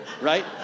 Right